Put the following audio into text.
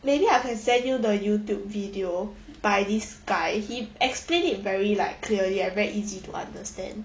maybe I can send you the youtube video by this guy he explained it very like clearly and very easy to understand